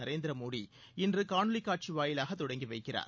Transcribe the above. நரேந்திரமோடி இன்று காணொலி காட்சி வாயிலாக தொடங்கி வைக்கிறார்